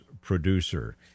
producer